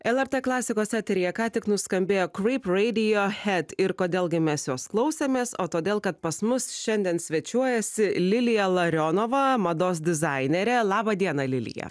lrt klasikos eteryje ką tik nuskambėjo creep radiohead ir kodėl gi mes jos klausėmės o todėl kad pas mus šiandien svečiuojasi lilija larionova mados dizainerė labą dieną lilija